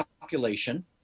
population